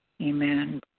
Amen